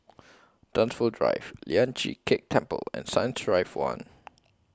Dunsfold Drive Lian Chee Kek Temple and Science Drive one